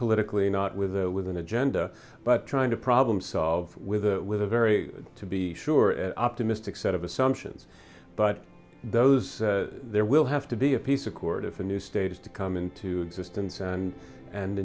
politically not with with an agenda but trying to problem solve with a with a very good to be sure optimistic set of assumptions but those there will have to be a peace accord if a new state is to come into existence and and